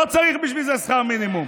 אביר, לא צריך בשביל זה שכר מינימום.